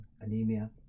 anemia